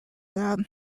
that